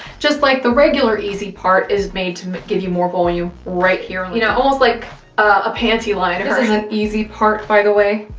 just like the regular easipart is made to give you more volume right here. you know, almost like a pantyliner. this is an easipart, by the way.